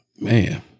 Man